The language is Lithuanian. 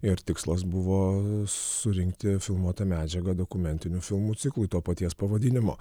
ir tikslas buvo surinkti filmuotą medžiagą dokumentinių filmų ciklui to paties pavadinimo